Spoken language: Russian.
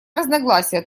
разногласия